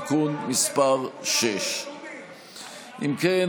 (תיקון מס' 6). אם כן,